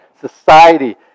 Society